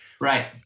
Right